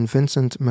Vincent